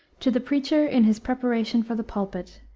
to the preacher in his preparation for the pulpit,